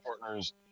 partners